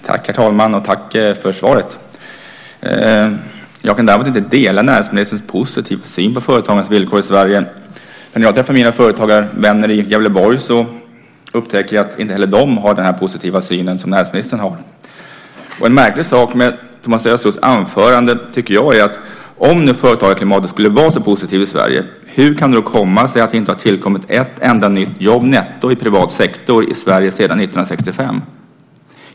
Herr talman! Tack för svaret! Jag kan däremot inte dela näringsministerns positiva syn på företagarnas villkor i Sverige. När jag träffar mina företagarvänner i Gävleborg upptäcker jag att inte heller de har den positiva syn som näringsministern har. En märklig sak i Thomas Östros anförande är detta: Om nu företagarklimatet skulle vara så positivt i Sverige, hur kan det då komma sig att det inte har tillkommit ett enda nytt jobb netto i privat sektor i Sverige sedan 1965?